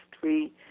three